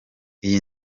iyi